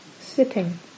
sitting